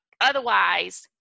Otherwise